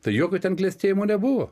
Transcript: tai jokio ten klestėjimo nebuvo